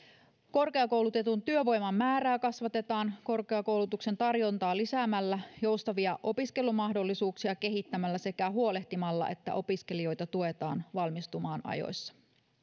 korkeakoulutetun työvoiman määrää kasvatetaan korkeakoulutuksen tarjontaa lisäämällä joustavia opiskelumahdollisuuksia kehittämällä sekä huolehtimalla että opiskelijoita tuetaan valmistumaan ajoissa